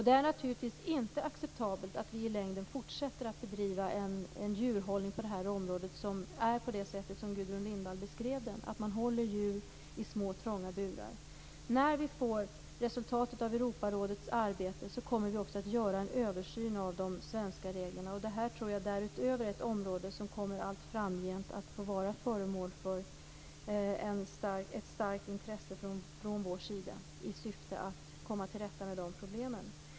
Det är naturligtvis inte acceptabelt att vi i längden fortsätter att bedriva en djurhållning på detta område som är sådan som Gudrun Lindvall beskrev den, dvs. att man håller djur i små trånga burar. När vi får resultatet av Europarådets arbete kommer vi också att göra en översyn av de svenska reglerna. Jag tror därutöver att detta är ett område som allt framgent kommer att vara föremål för ett starkt intresse från vår sida i syfte att komma till rätta med de problemen.